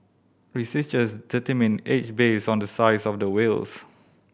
researchers determine age based on the size of the whales